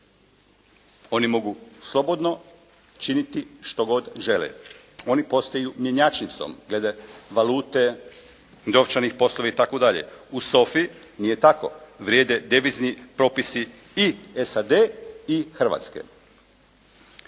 oni mogu slobodno činiti što god žele. Oni postaju mjenjačnicom glede valute, novčani poslovi itd. U SOFA-i nije tako, vrijede devizni propisi i SAD i Hrvatske.